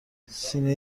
سینه